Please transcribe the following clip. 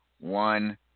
one